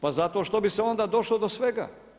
Pa zato što bi onda došlo do svega.